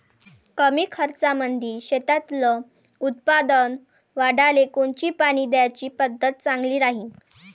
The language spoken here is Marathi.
कमी खर्चामंदी शेतातलं उत्पादन वाढाले कोनची पानी द्याची पद्धत चांगली राहीन?